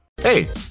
Hey